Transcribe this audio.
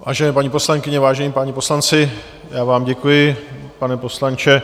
Vážené paní poslankyně, vážení páni poslanci já vám děkuji, pane poslanče.